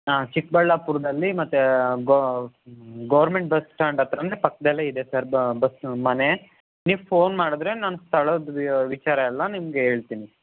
ಹಾಂ ಚಿಕ್ಕಬಳ್ಳಾಪುರದಲ್ಲಿ ಮತ್ತೇ ಗೌರ್ಮೆಂಟ್ ಬಸ್ ಸ್ಟ್ಯಾಂಡ್ ಹತ್ರನೇ ಪಕ್ಕದಲ್ಲೇ ಇದೆ ಸರ್ ಬಸ್ ಮನೆ ನೀವು ಫೋನ್ ಮಾಡಿದ್ರೆ ನಾನು ಸ್ಥಳದ ವಿಚಾರ ಎಲ್ಲ ನಿಮಗೆ ಹೇಳ್ತೀನಿ